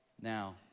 Now